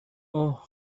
اوه